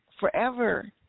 forever